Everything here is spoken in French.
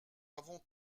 avons